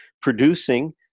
producing